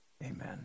Amen